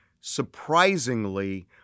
surprisingly